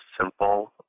simple